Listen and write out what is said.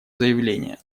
заявление